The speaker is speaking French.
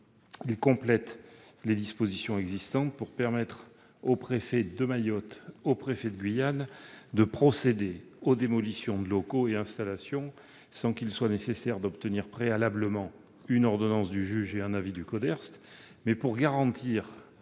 à compléter les dispositions existantes pour permettre aux préfets de Mayotte et de Guyane de procéder aux démolitions de locaux et d'installations sans qu'il soit nécessaire d'obtenir préalablement une ordonnance du juge et un avis du CODERST. Pour garantir